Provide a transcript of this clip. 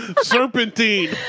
Serpentine